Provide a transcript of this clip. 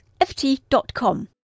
ft.com